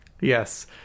Yes